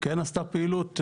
כן עשתה פעילות,